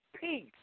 peace